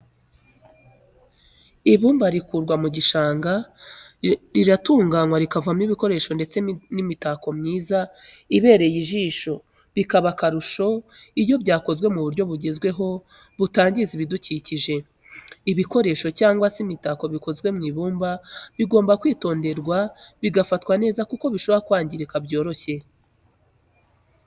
Ibumba rikurwa mu gishanga riratunganywa rikavamo ibikoresho ndetse n'imitako myiza ibereye ijisho bikaba akarusho iyo byakozwe mu buryo bugezweho butangiza ibidukikije. ibikoresho cyangwa se imitako bikozwe mu ibumba bigomba kwitonderwa bigafatwa neza kuko bishobora kwangirika byoroshye.